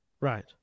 Right